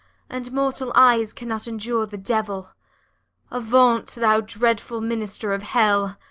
and mortal eyes cannot endure the devil avaunt, thou dreadful minister of hell!